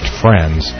friends